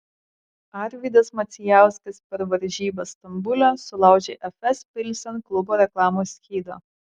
arvydas macijauskas per varžybas stambule sulaužė efes pilsen klubo reklamos skydą